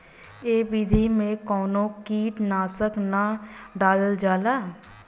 ए विधि में कवनो कीट नाशक ना डालल जाला